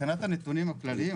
מבחינת הנתונים הכלליים,